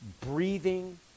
breathing